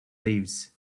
leaves